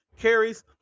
carries